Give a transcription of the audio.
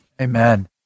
Amen